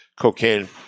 cocaine